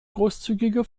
großzügige